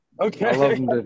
Okay